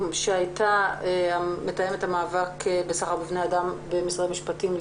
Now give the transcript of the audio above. שהיתה מתאמת המאבק בסחר בבני אדם במשרד המשפטים.